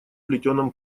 плетеном